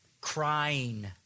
crying